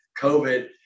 COVID